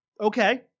okay